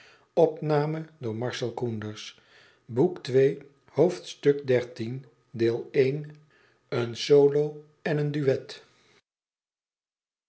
een solo en een duet